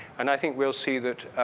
and i think we'll see that,